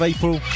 April